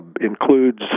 includes